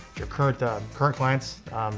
your current ah um current clients,